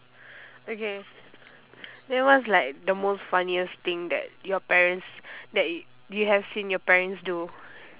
okay then what's like the most funniest thing that your parents that yo~ you have seen your parents do